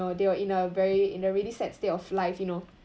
they were in a very in a really sad state of life you know